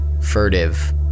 furtive